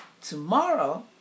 Tomorrow